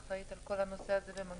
אני אחראית על כל הנושא הזה במג"ב.